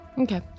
Okay